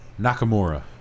Nakamura